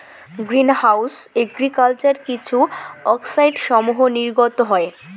green house agriculture কিছু অক্সাইডসমূহ নির্গত হয়